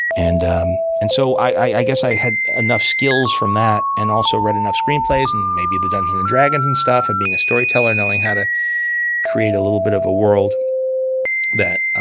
and um and so i guess i had enough skills from that, and also read enough screen plays, and maybe the dungeons and dragons and stuff, and being a storyteller, knowing how to create a little bit of a world that